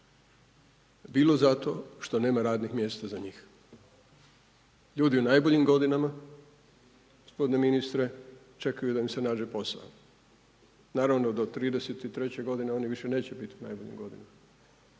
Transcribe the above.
bilo zato što nema radnih mjesta za njih. Ljudi u najboljim godinama gospodine ministre, čekaju da im se nađe posao. Naravno do 33 godine oni više neće biti u najboljim godinama.